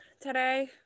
today